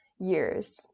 years